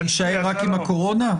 אני אשאר רק עם הקורונה?